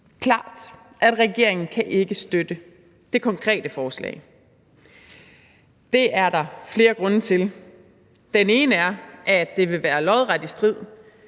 klart, at regeringen ikke kan støtte det konkrete forslag. Det er der flere grunde til. Den ene er, at det vil være lodret i strid